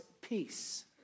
peace